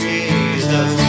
Jesus